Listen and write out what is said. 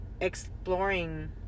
exploring